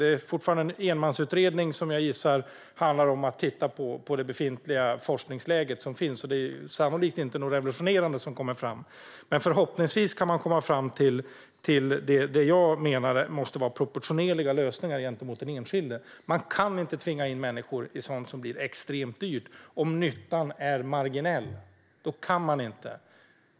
Det är fortfarande en enmansutredning som jag gissar handlar om att titta på det befintliga forskningsläget, och det är sannolikt inget revolutionerande som kommer fram. Förhoppningsvis kan dock utredningen komma fram till det jag menar måste vara proportionerliga lösningar gentemot den enskilde. Vi kan inte tvinga in människor i sådant som blir extremt dyrt om nyttan är marginell. Då kan vi inte göra det.